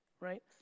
right